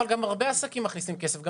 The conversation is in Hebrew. אבל הרבה עסקים מכניסים כסף.